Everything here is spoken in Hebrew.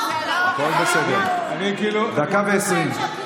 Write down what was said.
דקה ו-20.